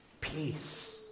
Peace